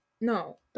no